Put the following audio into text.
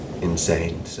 insane